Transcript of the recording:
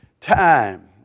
time